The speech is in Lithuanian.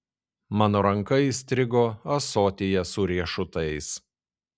mano ranka įstrigo ąsotyje su riešutais